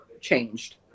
changed